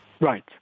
Right